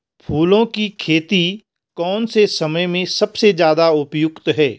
फूलों की खेती कौन से समय में सबसे ज़्यादा उपयुक्त है?